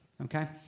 okay